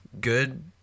good